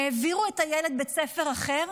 העבירו את הילד לבית ספר אחר,